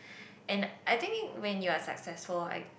and I think when you are successful like